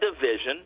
division